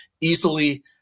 easily